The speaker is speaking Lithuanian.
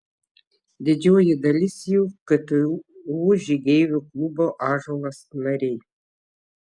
didžioji dalis jų ktu žygeivių klubo ąžuolas nariai